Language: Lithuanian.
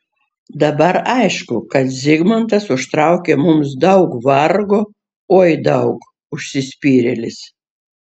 dabar aišku kad zigmantas užtraukė mums daug vargo oi daug užsispyrėlis